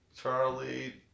Charlie